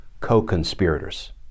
co-conspirators